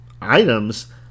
items